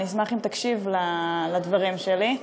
אני אשמח שתקשיב לדברים שלי.